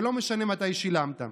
ולא משנה מתי שילמת.